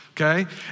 Okay